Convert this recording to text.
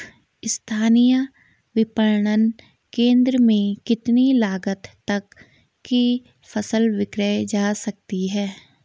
स्थानीय विपणन केंद्र में कितनी लागत तक कि फसल विक्रय जा सकती है?